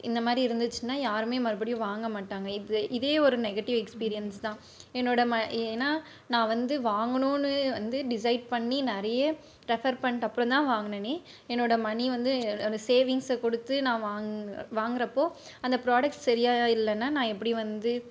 இந்தமாதிரி இருந்துச்சுன்னா யாருமே மறுபடியும் வாங்க மாட்டாங்க இது இதே ஒரு நெகட்டிவ் எக்ஸ்பீரியன்ஸ் தான் என்னோட ம ஏன்னா நான் வந்து வாங்கணும்னு வந்து டிசைட் பண்ணி நிறைய ரெஃபர் பண்ணிவிட்டு அப்புறம் தான் வாங்குனனே என்னோட மனி வந்து சேவிங்ஸை கொடுத்து நான் வாங் வாங்குறப்போ அந்த ப்ராடெக்ட் சரியாக இல்லைனா நான் எப்படி வந்து